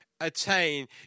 attain